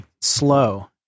slow